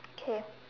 okay